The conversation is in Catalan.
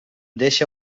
deixa